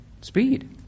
speed